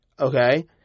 Okay